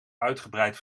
uitgebreid